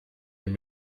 den